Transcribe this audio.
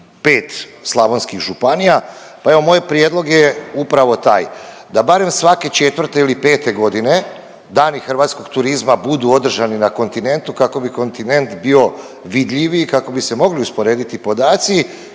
u 5 slavonskih županija, pa evo moj prijedlog je upravo taj, da barem svake 4. ili 5.g. Dani hrvatskog turizma budu održani na kontinentu kako bi kontinent bio vidljiviji, kako bi se mogli usporediti podaci